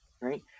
right